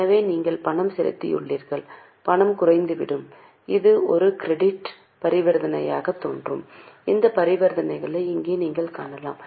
எனவே நீங்கள் பணம் செலுத்தியுள்ளீர்கள் பணம் குறைந்துவிடும் இது ஒரு கிரெடிட் பரிவர்த்தனையாகத் தோன்றும் இந்த பரிவர்த்தனைகளை இங்கே நீங்கள் காணலாம்